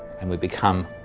and we become